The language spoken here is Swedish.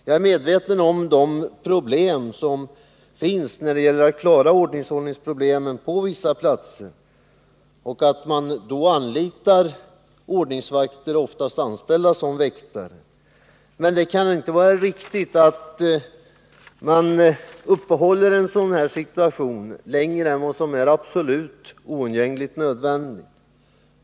Jag är medveten om de problem som i dag finns för att klara ordningshållningen på vissa platser. Ofta anlitar man då ordningsvakter, anställda som väktare. Men det kan inte vara riktigt att behålla en sådan situation längre än vad som är oundgängligen nödvändigt.